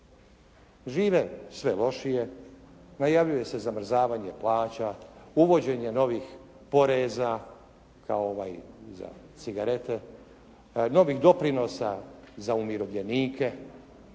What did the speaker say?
Žive sve lošije, najavljuje se zamrzavanje plaća, uvođenje novih poreza kao ovaj za cigarete, novih doprinosa za umirovljenike,